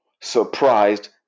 surprised